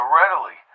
readily